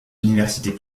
universités